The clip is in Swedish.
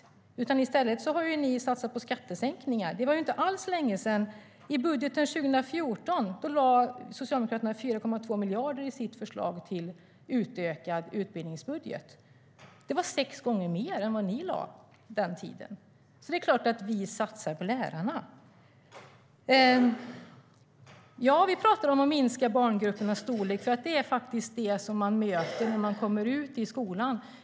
Ni har i stället satsat på skattesänkningar. I budgeten 2014 lade Socialdemokraterna 4,2 miljarder i sitt förslag till utökad utbildningsbudget. Det var sex gånger mer än vad ni lade på den tiden. Det är klart att vi satsar på lärarna. Ja, vi pratar om att minska barngruppernas storlek. Det är faktiskt det som man möter när man kommer ut i skolan.